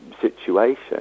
situation